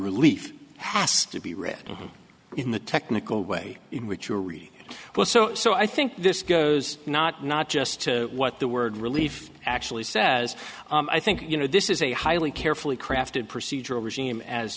relief has to be written in the technical way in which you're reading was so so i think this goes not not just to what the word relief actually says i think you know this is a highly carefully crafted procedural regime as